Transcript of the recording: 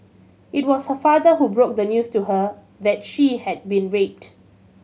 it was her father who broke the news to her that she had been raped